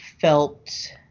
felt